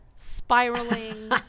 Spiraling